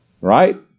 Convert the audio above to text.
Right